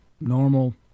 normal